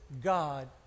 God